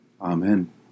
Amen